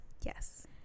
yes